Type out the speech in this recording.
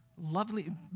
lovely